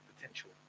potential